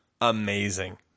amazing